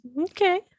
okay